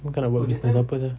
kau nak buat business apa sia